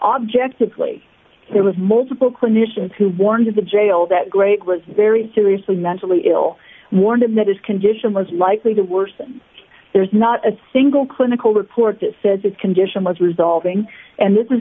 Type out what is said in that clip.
objectively there was multiple clinicians who warned of the jail that great was very seriously mentally ill warned him that his condition was likely to worsen there's not a single clinical report that said the condition was resolving and this